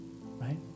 right